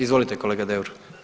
Izvolite, kolega Deur.